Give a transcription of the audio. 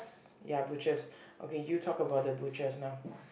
ya Butchers okay you talk about the Butchers now